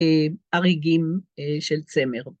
‫אריגים של צמר.